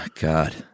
God